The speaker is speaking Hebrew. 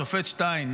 השופט שטיין,